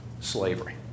slavery